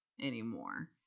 anymore